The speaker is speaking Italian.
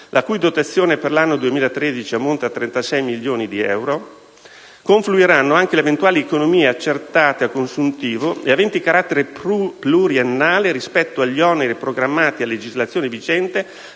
la cui dotazione per l'anno 2013 ammonta a 36 milioni di euro - confluiranno anche le eventuali economie accertate a consuntivo ed aventi carattere pluriennale rispetto agli oneri programmati a legislazione vigente